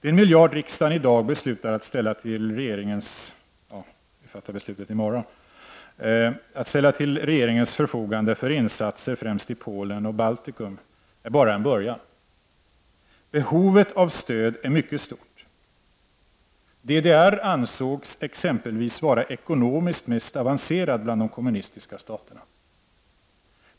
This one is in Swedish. Den miljard som riksdagen i morgon beslutar att ställa till regeringens förfogande för insatser främst i Polen och Baltikum är bara början. Behovet av stöd är mycket stort. DDR ansågs exempelvis vara den ekonomiskt mest avancerade kommunistiska staten.